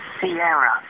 sierra